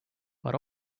but